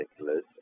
Nicholas